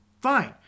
fine